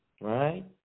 right